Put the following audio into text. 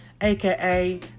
AKA